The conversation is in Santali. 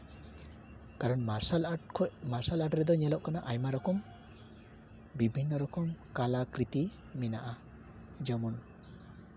ᱠᱟᱨᱚᱱ ᱢᱟᱨᱥᱟᱞ ᱟᱨᱴᱥ ᱠᱷᱚᱡ ᱢᱟᱨᱥᱞᱟ ᱟᱨᱴᱥ ᱨᱮᱫᱚ ᱧᱮᱞᱚᱜ ᱠᱟᱱᱟ ᱟᱭᱢᱟ ᱨᱚᱠᱚᱢ ᱵᱤᱵᱷᱤᱱᱱᱚ ᱨᱚᱠᱚᱢ ᱠᱟᱞᱟ ᱠᱨᱤᱛᱤ ᱢᱮᱱᱟᱜᱼᱟ ᱡᱮᱢᱚᱱ